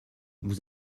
vous